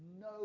No